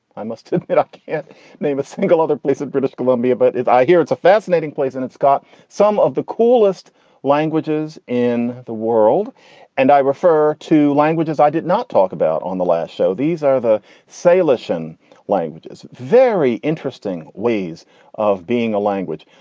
i must admit, i can't name a single other place in british columbia, but if i hear it's a fascinating place and it's got some of the coolest languages in the world and i refer to languages i did not talk about on the last show, these are the salish and in language. very interesting ways of being a language.